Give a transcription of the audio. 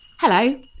Hello